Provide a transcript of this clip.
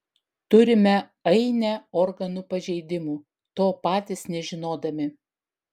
turime ainę organų pažeidimų to patys nežinodami